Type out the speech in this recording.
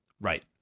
Right